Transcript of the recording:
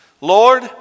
Lord